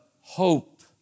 hope